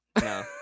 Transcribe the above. no